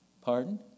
Pardon